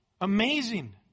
Amazing